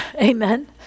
Amen